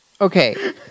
Okay